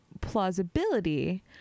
plausibility